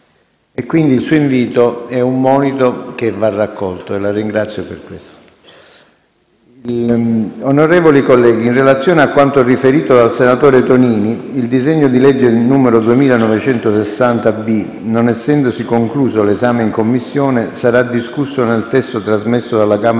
quindi il suo invito è un monito che va raccolto e la ringrazio per questo. Onorevoli colleghi, in relazione a quanto riferito dal senatore Tonini, il disegno di legge n. 2960-B, non essendosi concluso l'esame in Commissione, sarà discusso nel testo trasmesso dalla Camera